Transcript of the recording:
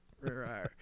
right